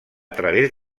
través